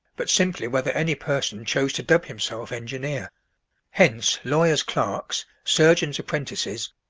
but simply whether any person chose to dub himself engineer hence lawyers' clerks, surgeons' apprentices,